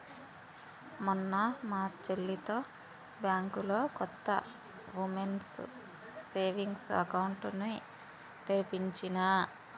మొన్న మా చెల్లితో బ్యాంకులో కొత్త వుమెన్స్ సేవింగ్స్ అకౌంట్ ని తెరిపించినా